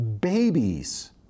babies